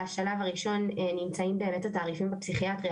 בשלב הראשון נמצאים באמת התעריפים בפסיכיאטריה